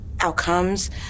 outcomes